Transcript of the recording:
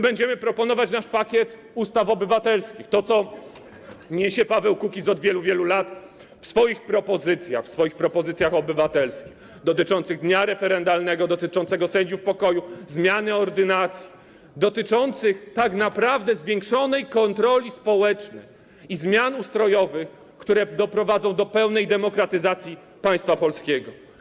Będziemy proponować nasz pakiet ustaw obywatelskich, to, co niesie Paweł Kukiz od wielu, wielu lat w swoich propozycjach obywatelskich dotyczących dnia referendalnego, dotyczących sędziów pokoju, zmiany ordynacji, dotyczących tak naprawdę zwiększonej kontroli społecznej i zmian ustrojowych, które doprowadzą do pełnej demokratyzacji państwa polskiego.